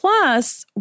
Plus